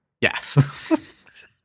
Yes